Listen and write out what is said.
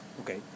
Okay